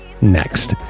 next